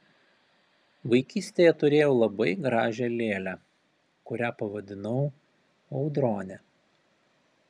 vaikystėje turėjau labai gražią lėlę kurią pavadinau audrone